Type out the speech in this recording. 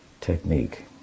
technique